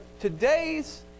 today's